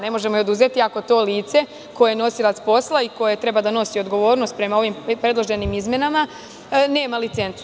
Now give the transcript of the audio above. Ne možemo je oduzeti ako to lice koje je nosilac posla i koje treba da nosi odgovornost prema ovim predloženim izmenama nema licencu.